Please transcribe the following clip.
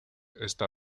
esta